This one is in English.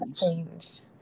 change